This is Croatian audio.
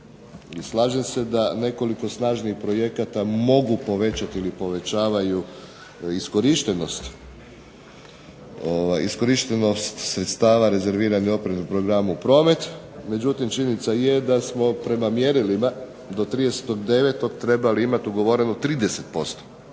slažem se da nekoliko snažnih projekata mogu povećati ili povećavaju iskorištenost sredstava rezerviranih u operativnom programu promet, međutim činjenica je da smo prema mjerilima do 30.9. trebali imati ugovoreno 30%.